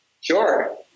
Sure